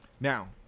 Now